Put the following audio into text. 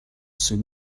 soon